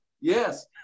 yes